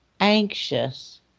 anxious